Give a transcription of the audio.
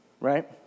right